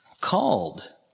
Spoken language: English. called